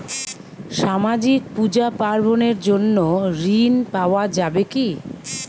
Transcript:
সামাজিক পূজা পার্বণ এর জন্য ঋণ পাওয়া যাবে কি?